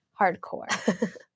hardcore